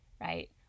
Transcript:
right